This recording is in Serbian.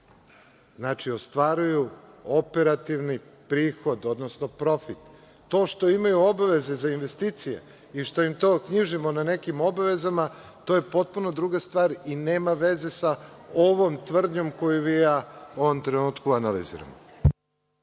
ostvaruju operativni prihod, odnosno profit. To što imaju obaveze za investicije i što im to knjižimo na nekim obavezama, to je potpuno druga stvar i nema veze sa ovom tvrdnjom koju vi i ja u ovom trenutku analiziramo.